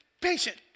patient